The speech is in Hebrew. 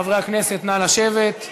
חברי הכנסת, נא לשבת.